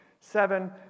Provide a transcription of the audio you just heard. Seven